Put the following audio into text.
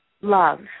Love